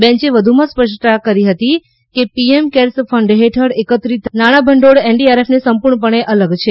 બેંચે વધુમાં સ્પષ્ટતા કરી હતી કે પીએમ કેર્સ ફંડ હેઠળ એકત્રિત કરવામાં આવેલા ભંડોળ એનડીઆરએફથી સંપૂર્ણપણે અલગ છે